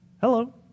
hello